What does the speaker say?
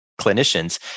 clinicians